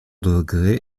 degré